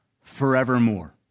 forevermore